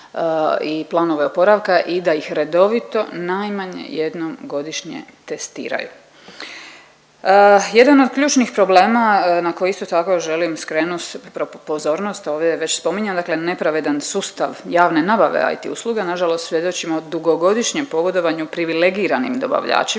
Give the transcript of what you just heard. i planove oporavka i da ih redovito najmanje jednom godišnje testiraju. Jedan od ključnih problema na koji isto tako želim skrenut pozornost ovdje je već spominjan, dakle nepravedan sustav javne nabave IT usluga. Nažalost svjedočimo dugogodišnjem pogodovanju privilegiranim dobavljačima